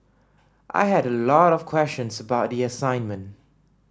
I had a lot of questions about the assignment